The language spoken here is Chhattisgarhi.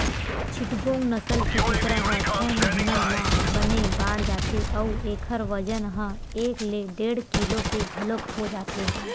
चिटगोंग नसल के कुकरा ह छय महिना म बने बाड़ जाथे अउ एखर बजन ह एक ले डेढ़ किलो के घलोक हो जाथे